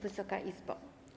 Wysoka Izbo!